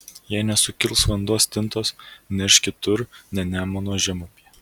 jei nesukils vanduo stintos nerš kitur ne nemuno žemupyje